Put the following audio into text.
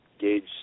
gauge